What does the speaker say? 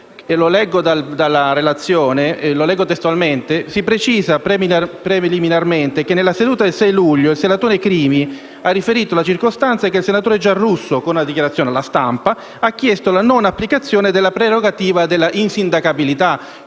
la relazione: «Si precisa preliminarmente che nella seduta del 6 luglio 2016 il senatore Crimi ha riferito la circostanza che il senatore Giarrusso, con una dichiarazione alla stampa, ha chiesto la non applicazione della prerogativa dell'insindacabilità».